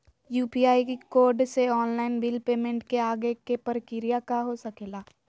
UPI code से online bill payment के आगे के प्रक्रिया का हो सके ला?